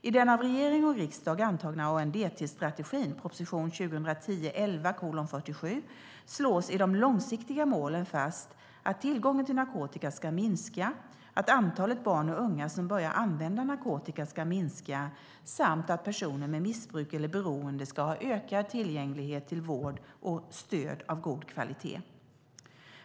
I den av regering och riksdag antagna ANDT-strategin, proposition 2010/11:47, slås i de långsiktiga målen fast att tillgången till narkotika ska minska, att antalet barn och unga som börjar använda narkotika ska minska samt att personer med ett missbruk eller beroende ska ha ökad tillgänglighet till vård och stöd av god kvalitet.